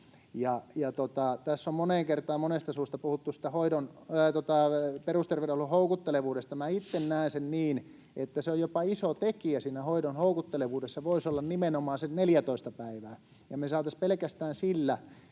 kertaan monesta suusta puhuttu perusterveyshuollon houkuttelevuudesta. Minä itse näen sen niin, että siinä houkuttelevuudessa voisi olla jopa iso tekijä nimenomaan se 14 päivää. Me saataisiin pelkästään sillä